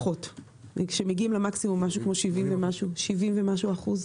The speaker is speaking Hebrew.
כשמגיעים למקסימום, שבעים ומשהו אחוז.